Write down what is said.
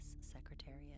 Secretariat